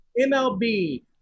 MLB